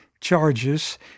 charges